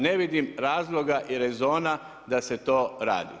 Ne vidim razloga i rezona da se to radi.